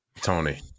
Tony